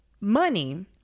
Money